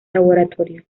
laboratorio